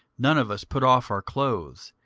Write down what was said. none of us put off our clothes,